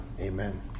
amen